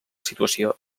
situació